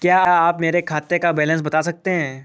क्या आप मेरे खाते का बैलेंस बता सकते हैं?